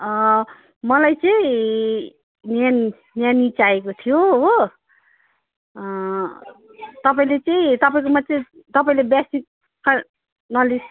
मलाई चाहिँ नानी नानी चाहिएको थियो हो तपाईँले चाहिँ तपाईँकोमा चाहिँ तपाईँको बेसिक नलेज